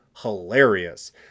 hilarious